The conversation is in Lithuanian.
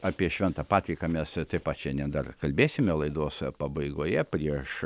apie šventą patriką mes taip pat šiandien dar kalbėsime laidos pabaigoje prieš